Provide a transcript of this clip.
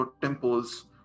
temples